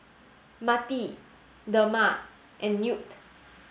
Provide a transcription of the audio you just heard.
Marti Dema and Knute